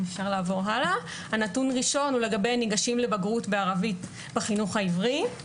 הנתון הראשון הוא לגבי ניגשים לבגרות בערבית בחינוך העברי: